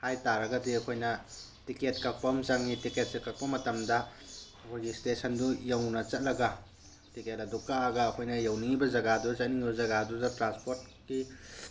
ꯍꯥꯏ ꯇꯥꯔꯒꯗꯤ ꯑꯩꯈꯣꯏꯅ ꯇꯤꯛꯀꯦꯠ ꯀꯛꯄ ꯑꯃ ꯆꯪꯏ ꯇꯤꯀꯦꯠꯁꯦ ꯀꯛꯄ ꯃꯇꯝꯗ ꯃꯈꯣꯏꯒꯤ ꯁ꯭ꯇꯦꯁꯟꯗꯨ ꯌꯧꯅ ꯆꯠꯂꯒ ꯇꯤꯛꯀꯦꯠ ꯑꯗꯨ ꯀꯛꯑꯒ ꯑꯩꯈꯣꯏꯅ ꯌꯧꯅꯤꯡꯏꯕ ꯖꯥꯒꯥꯗꯣ ꯆꯠꯅꯤꯡꯏꯕ ꯖꯥꯒꯥꯗꯨꯗ ꯇ꯭ꯔꯥꯟꯁꯄꯣꯠꯀꯤ